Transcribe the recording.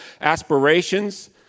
aspirations